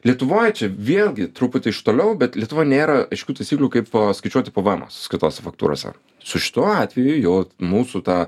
lietuvoj čia vėlgi truputį iš toliau bet lietuva nėra aiškių taisyklių kaip skaičiuoti pvemo sąskaitos faktūros ar su šituo atveju jau mūsų ta